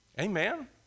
Amen